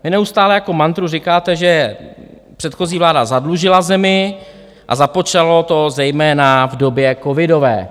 Vy neustále jako mantru říkáte, že předchozí vláda zadlužila zemi a započalo to zejména v době covidové.